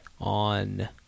on